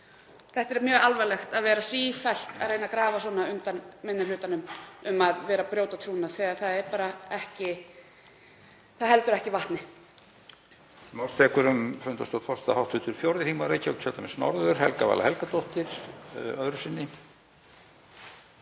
Það er mjög alvarlegt að vera sífellt að reyna að grafa svona undan minni hlutanum og segja hann vera að brjóta trúnað þegar það heldur bara ekki vatni.